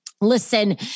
listen